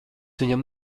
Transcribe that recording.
viņam